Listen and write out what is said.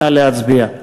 נא להצביע.